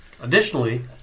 Additionally